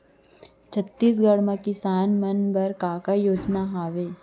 छत्तीसगढ़ म किसान मन बर का का योजनाएं हवय?